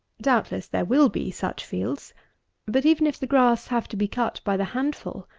doubtless there will be such fields but even if the grass have to be cut by the handful,